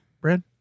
Brad